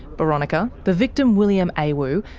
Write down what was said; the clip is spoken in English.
boronika, the victim william awu,